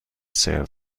سرو